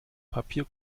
papier